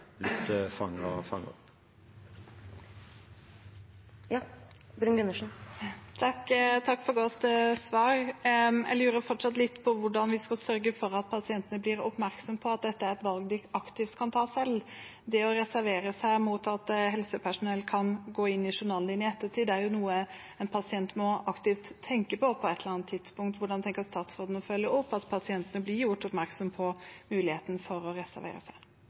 opp. Takk for godt svar. Jeg lurer fortsatt litt på hvordan vi skal sørge for at pasientene blir oppmerksomme på at dette er et valg de aktivt kan ta selv. Det å reservere seg mot at helsepersonell kan gå inn i journalen i ettertid, er noe en pasient på et eller annet tidspunkt aktivt må tenke på. Hvordan tenker statsråden å følge opp at pasientene blir gjort oppmerksom på muligheten for å reservere seg?